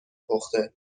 پخته